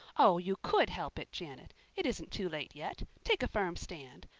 oh, you could help it, janet. it isn't too late yet. take a firm stand.